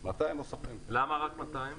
למה רק 200?